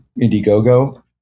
Indiegogo